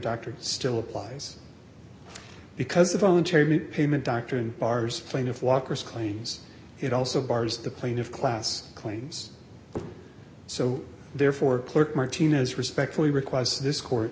doctors still applies because a voluntary payment doctrine bars plaintiff walker's claims it also bars the plaintiff class claims so therefore clerk martina's respectfully request this court